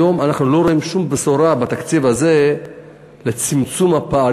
היום אנחנו לא רואים בתקציב הזה שום בשורה